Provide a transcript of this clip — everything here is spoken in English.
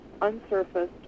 unsurfaced